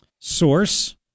Source